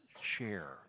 share